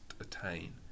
attain